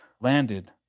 landed